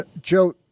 Joe